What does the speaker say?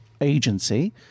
Agency